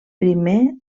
primer